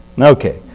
Okay